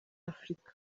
afurika